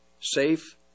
safe